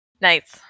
Nice